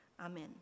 Amen